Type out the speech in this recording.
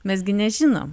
mes gi nežinom